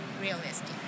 realistic